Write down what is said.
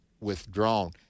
withdrawn